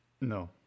No